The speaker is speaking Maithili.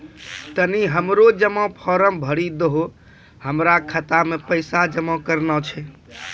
तनी हमरो जमा फारम भरी दहो, हमरा खाता मे पैसा जमा करना छै